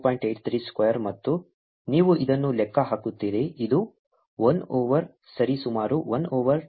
83 square ಮತ್ತು ನೀವು ಇದನ್ನು ಲೆಕ್ಕ ಹಾಕುತ್ತೀರಿ ಇದು 1 ಓವರ್ ಸರಿಸುಮಾರು 1 ಓವರ್ 270 ಆಗಿರುತ್ತದೆ